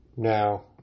Now